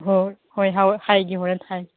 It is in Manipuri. ꯍꯣꯏ ꯍꯣꯏ ꯍꯣꯏ ꯍꯥꯏꯒꯦ ꯍꯣꯔꯦꯟ ꯍꯥꯏꯒꯦ